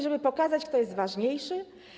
Żeby pokazać, kto jest ważniejszy?